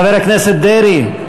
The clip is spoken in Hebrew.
חבר הכנסת דרעי,